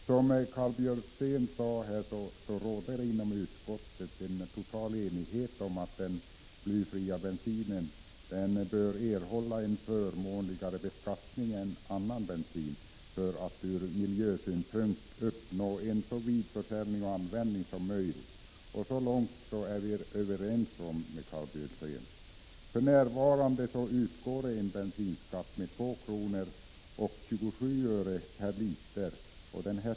Som Karl Björzén sade, råder inom utskottet en total enighet om att den blyfria bensinen bör erhålla en förmånligare beskattning än annan bensin, så att det kan uppnås en så stor försäljning och användning som möjligt av detta från miljösynpunkt mindre skadliga bränsle. Så långt är vi inom majoriteten överens med Karl Björzén. För närvarande utgår det en bensinskatt med 2:27 kr. per liter.